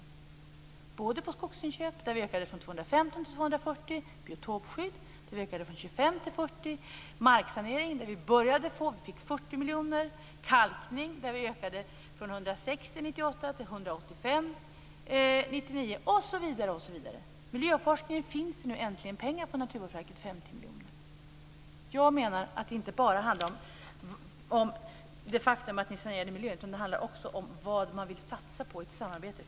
Det gäller skogsinköp, där vi ökade från 215 miljoner till 240, biotopskydd, där vi ökade från 25 miljoner till 40, marksanering, där vi fick 40 miljoner, kalkning, där vi ökade från 160 miljoner 1998 till 185 miljoner 1999, osv. För miljöforskning finns det nu äntligen pengar på Naturvårdsverket - 50 miljoner. Jag menar att det inte bara handlar om det faktum att ni sanerade ekonomin. Det handlar också om vad man vill satsa på i ett samarbete.